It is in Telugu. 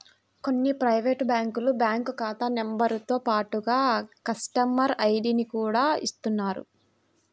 కొన్ని ప్రైవేటు బ్యాంకులు బ్యాంకు ఖాతా నెంబరుతో పాటుగా కస్టమర్ ఐడిని కూడా ఇస్తున్నాయి